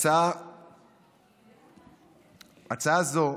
הצעה זו.